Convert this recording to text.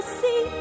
see